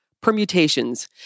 permutations